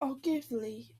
ogilvy